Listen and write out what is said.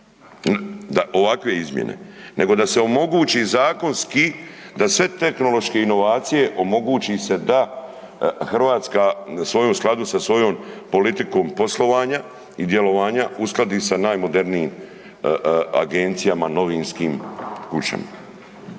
da ovakve izmjene, nego da se omogući zakonski da sve tehnološke inovacije omogući se da Hrvatska sve u skladu sa svojom politikom poslovanja i djelovanja uskladi sa najmodernijim agencijama novinskim